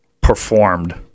performed